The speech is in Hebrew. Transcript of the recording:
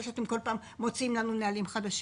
שאתם כל פעם מוציאים לנו בנהלים חדשים?